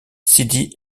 sidi